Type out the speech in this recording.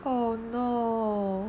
oh no